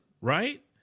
right